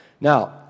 Now